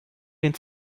den